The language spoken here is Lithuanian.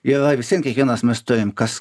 yra vis vien kiekvienas mes turim kas